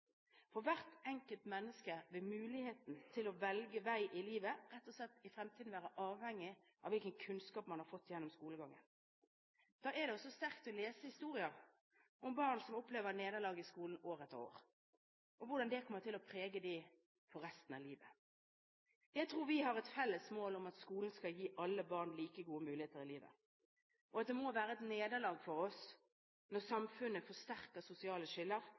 For hvert enkelt menneske vil muligheten til å velge vei i livet rett og slett i fremtiden være avhengig av hvilken kunnskap man har fått gjennom skolegangen. Da er det sterkt å lese historier om barn som opplever nederlag i skolen i år etter år, og hvordan det kommer til å prege dem for resten av livet. Jeg tror vi har et felles mål om at skolen skal gi alle barn like gode muligheter i livet. Det må være et nederlag for oss når samfunnet forsterker sosiale skiller